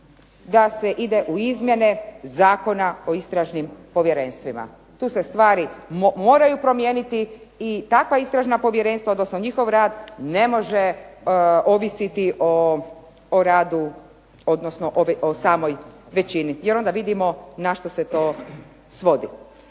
da se ide u Izmjene zakona o istražnim povjerenstvima, tu se stvari moraju promijeniti i takva istražna povjerenstva odnosno njihov rad ne može ovisiti o radu odnosno o samoj većini jer onda vidimo na što se to svodi.